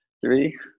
Three